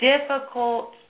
difficult